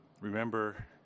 remember